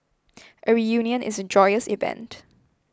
a reunion is a joyous event